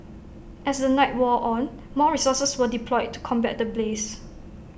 as the night wore on more resources were deployed to combat the blaze